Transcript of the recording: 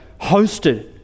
hosted